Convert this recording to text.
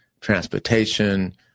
transportation